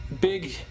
big